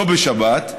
לא בשבת,